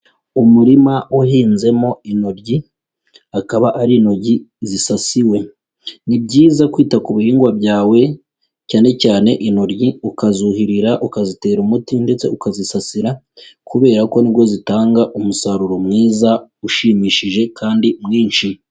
Umurima uhinzemo intoryi, akaba ari intoryi zisasiwe, ni byiza kwita ku bihingwa byawe cyane cyane intoryi, ukazuhirira, ukazitera umuti, ndetse ukazisasira, kubera ko nibwo zitanga umusaruro mwiza ushimishije kandi mwinshi.